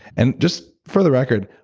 and just for the record,